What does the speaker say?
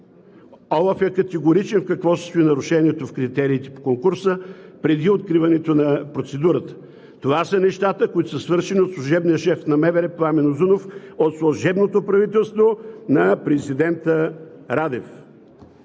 ОЛАФ е категорична в какво се състои нарушението в критериите по конкурса преди откриването на процедурата – това са нещата, които са свършени от служебния шеф на МВР Пламен Узунов от служебното правителство на президента Радев.